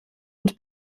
und